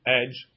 edge